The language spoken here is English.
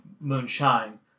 Moonshine